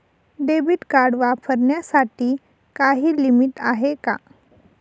Debit card वापरण्यासाठी काही limit आहे का?